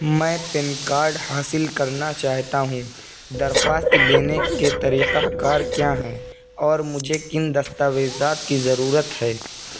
میں pan card حاصل کرنا چاہتا ہوں درخواست دینے کے طریقہ کار کیا ہیں اور مجھے کن دستاویزات کی ضرورت ہے